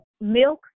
Milk